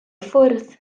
ffwrdd